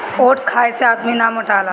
oats खाए से आदमी ना मोटाला